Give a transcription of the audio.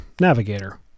navigator